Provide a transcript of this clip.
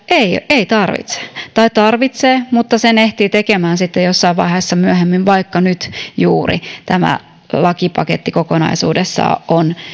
ei tarvitse tai tarvitsee mutta sen ehtii tekemään sitten jossain vaiheessa myöhemmin vaikka juuri nyt tämä lakipaketti kokonaisuudessaan on